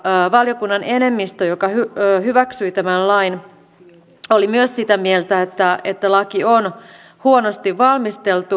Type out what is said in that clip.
valiokunnan enemmistö joka hyväksyi tämän lain oli myös sitä mieltä että laki on huonosti valmisteltu